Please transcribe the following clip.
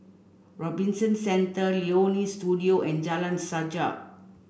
Robinson Centre Leonie Studio and Jalan Sajak